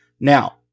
Now